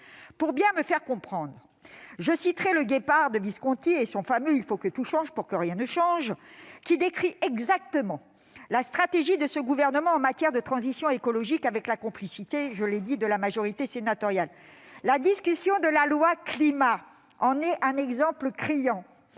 Pour bien me faire comprendre, je citerai de Visconti et son fameux « il faut que tout change pour que rien de change », qui décrit exactement la stratégie de ce gouvernement en matière de transition écologique, avec la complicité de la majorité sénatoriale. Non ! La discussion du projet de loi portant